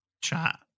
chat